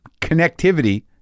connectivity